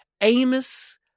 Amos